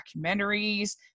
documentaries